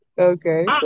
okay